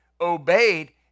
obeyed